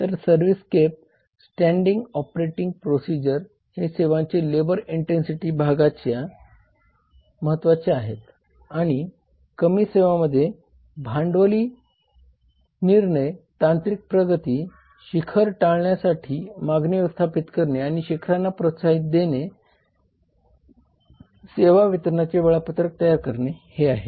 तर servicescape standing operating procedure हे सेवांच्या लेबर इंट्सन्सिटीच्या भागासाठी महत्वाच्या आहेत आणि आणि कमी सेवांमध्ये भांडवली निर्णय तांत्रिक प्रगती शिखर टाळण्यासाठी मागणी व्यवस्थापित करणे आणि शिखरांना प्रोत्साहन देणे सेवा वितरणाचे वेळापत्रक करणे हे आहेत